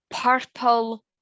purple